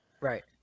Right